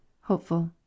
Hopeful